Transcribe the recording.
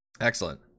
excellent